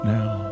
now